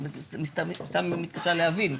אני מתקשה להבין.